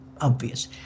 obvious